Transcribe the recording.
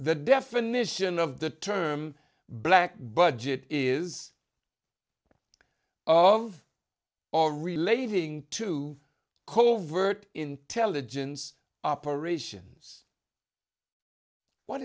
the definition of the term black budget is of or relating to covert intelligence operations what